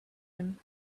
him